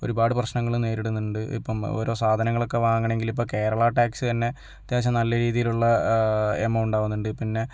ഒരുപാട് പ്രശനങ്ങൾ നേരിടുന്നുണ്ട് ഇപ്പം ഓരോ സാധനങ്ങളൊക്കെ വാങ്ങണമെങ്കിൽ ഇപ്പം കേരള ടാക്സ് തന്നെ അത്യാവശ്യം നല്ല രീതിയിലുള്ള എമൗണ്ട് ആകുന്നുണ്ട് പിന്നെ